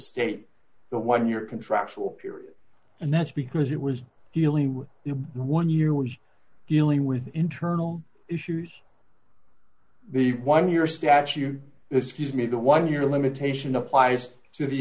that one year contractual period and that's because it was dealing with the one year was dealing with internal issues the one year statute excuse me the one year limitation applies to the